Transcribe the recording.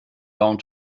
long